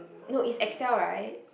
no it's Excel right